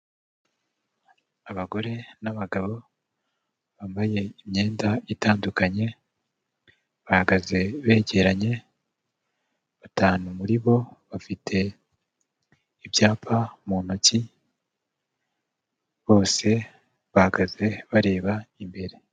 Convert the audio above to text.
Abagore n'abagabo bambaye imyenda itandukanye, bahagaze begeranye, batanu muri bo bafite ibyapa mu ntoki, bose bahagaze bareba imbere.